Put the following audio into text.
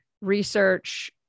research